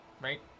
right